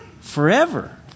forever